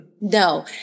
No